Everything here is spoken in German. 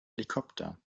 helikopter